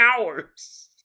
hours